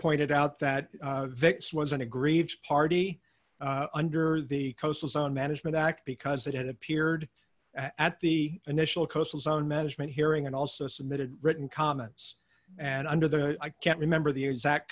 pointed out that vic's was an aggrieved party under the coastal zone management act because it had appeared at the initial coastal zone management hearing and also submitted written comments and under the i can't remember the exact